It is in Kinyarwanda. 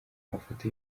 amafoto